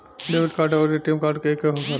Debit card आउर ATM card एके होखेला?